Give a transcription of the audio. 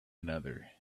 another